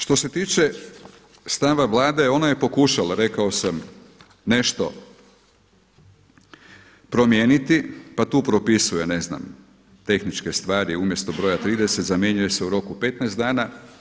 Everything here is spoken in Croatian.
Što se tiče stava Vlade ona je pokušala rekao sam nešto promijeniti, pa tu propisuje ne znam tehničke stvari umjesto broja 30 zamjenjuje se u roku 15 dana.